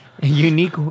unique